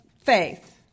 faith